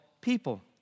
people